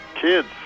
kids